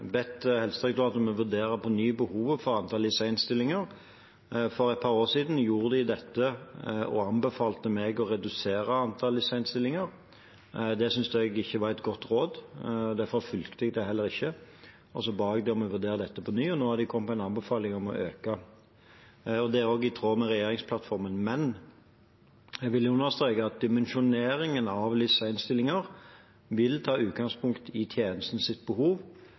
bedt Helsedirektoratet om å vurdere på ny behovet når det gjelder antallet LIS1-stillinger. For et par år siden gjorde de dette og anbefalte meg å redusere antall LIS1-stillinger. Det syntes jeg ikke var et godt råd – derfor fulgte jeg det heller ikke. Så ba jeg dem om å vurdere dette på ny, og nå har de kommet med en anbefaling om å øke. Det er også i tråd med regjeringsplattformen. Men jeg vil understreke at dimensjoneringen av LIS1-stillinger vil ta utgangspunkt i tjenestens behov.